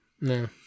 No